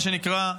מה שנקרא,